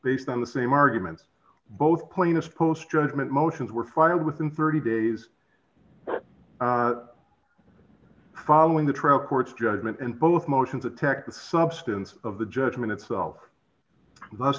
based on the same arguments both cleanest post judgment motions were filed within thirty days following the trial court's judgment and both motions attacked the substance of the judgment itself